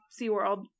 SeaWorld